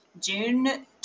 June